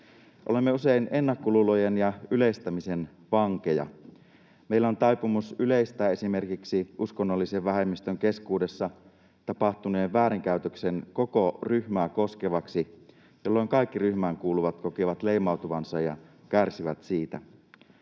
Olemme usein ennakkoluulojen ja yleistämisen vankeja. Meillä on taipumus yleistää esimerkiksi uskonnollisen vähemmistön keskuudessa tapahtunut väärinkäytös koko ryhmää koskevaksi, jolloin kaikki ryhmään kuuluvat kokevat leimautuvansa ja kärsivät siitä.